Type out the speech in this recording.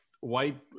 white